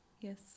Yes